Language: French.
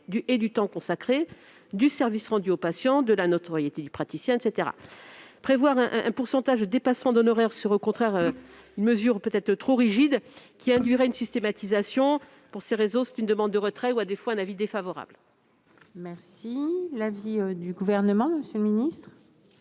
du temps consacré, du service rendu au patient, de la notoriété du praticien, etc. Prévoir un pourcentage de dépassement d'honoraires serait, au contraire, une mesure peut-être trop rigide qui induirait une systématisation. Pour ces raisons, c'est une demande de retrait ou, à défaut, un avis défavorable. Quel est l'avis du Gouvernement ? Avis